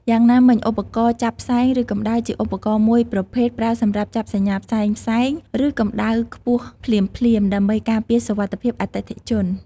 យ៉ាងណាមិញ ឧបករណ៍ចាប់ផ្សែងឫកម្ដៅជាឧបករណ៍មួយប្រភេទប្រើសម្រាប់ចាប់សញ្ញាផ្សែងៗ ឬកម្ដៅខ្ពស់ភ្លាមៗ ដើម្បីការពារសុវត្ថិភាពអតិថិជន។